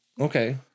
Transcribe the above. Okay